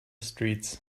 streets